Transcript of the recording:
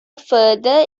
further